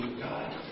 God